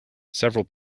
several